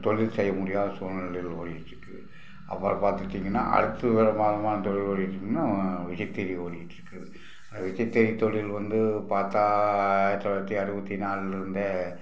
தொழில் செய்ய முடியாத சூழ்நிலையில ஓடிக்கிட்டிருக்கு அப்புறம் பார்த்துட்டிங்கன்னா அடுத்து வருமானமான தொழில் ஓடிட்டிருக்குனா விசைத்தறி ஓடிக்கிட்டிருக்குது விசைத்தறி தொழில் வந்து பார்த்தா ஆயிரத்தி தொள்ளாயிரத்தி அறுபத்தி நாலுலேருந்தே